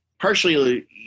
Partially